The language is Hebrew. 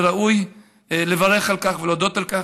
וראוי לברך על כך ולהודות על כך.